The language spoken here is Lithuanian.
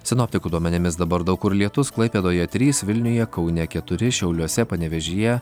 sinoptikų duomenimis dabar daug kur lietus klaipėdoje trys vilniuje kaune keturi šiauliuose panevėžyje